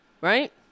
Right